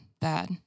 bad